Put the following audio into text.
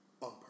on